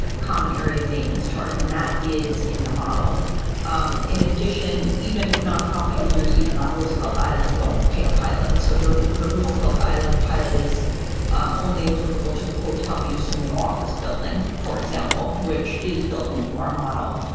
ah common area, maintenance charge, and that is in the model in addition, even nonprofit users, even on roosevelt island don't pay a pilot. so, the the roosevelt island pilot is only applicable to the hotel. you send the office building, for example, which is built into our model.